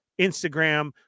Instagram